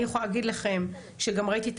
אני יכולה להגיד לכם שגם ראיתי את